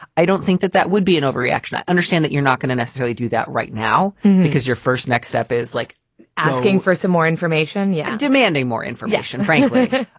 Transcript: i don't think that that would be an overreaction. i understand that you're not going to necessarily do that right now because your first next step is like asking for some more information. yeah. demanding more information, frankly,